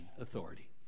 authority